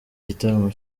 gitaramo